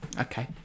Okay